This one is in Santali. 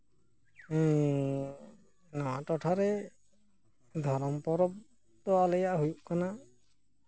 ᱱᱚᱣᱟ ᱴᱚᱴᱷᱟᱨᱮ ᱫᱷᱚᱨᱚᱢ ᱯᱚᱨᱚᱵᱽ ᱫᱚ ᱟᱞᱮᱭᱟᱜ ᱦᱩᱭᱩᱜ ᱠᱟᱱᱟ